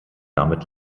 damit